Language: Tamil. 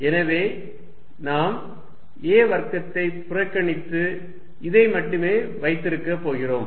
எனவே நாம் a வர்க்கத்தை புறக்கணித்து இதை மட்டுமே வைத்திருக்கப் போகிறோம்